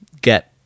get